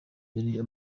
yari